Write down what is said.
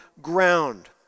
ground